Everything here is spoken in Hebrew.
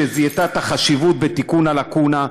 שזיהתה את החשיבות בתיקון הלקונה,